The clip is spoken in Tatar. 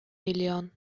миллион